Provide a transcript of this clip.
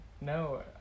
No